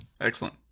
Excellent